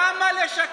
למה לשקר?